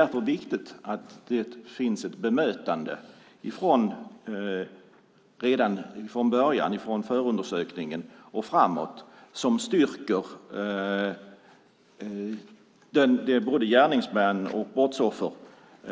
Därför är det viktigt med ett bemötande som stärker både gärningsmän och brottsoffer redan från